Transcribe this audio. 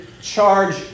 charge